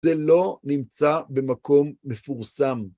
זה לא נמצא במקום מפורסם.